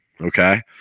okay